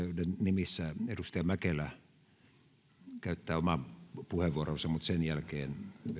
nimissä edustaja mäkelä käyttää oman puheenvuoronsa vetoan että sen jälkeen